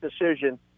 decision